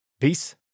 Peace